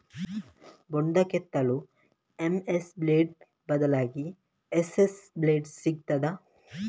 ಬೊಂಡ ಕೆತ್ತಲು MS blade ಬದ್ಲಾಗಿ ಎಸ್.ಎಸ್ ಬ್ಲೇಡ್ ಸಿಕ್ತಾದ?